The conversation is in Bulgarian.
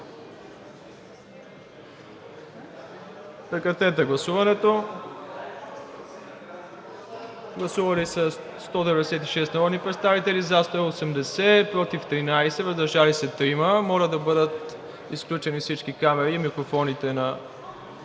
режим на гласуване. Гласували 196 народни представители: за 180, против 13, въздържали се 3. Моля да бъдат изключени всички камери и микрофоните на